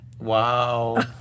Wow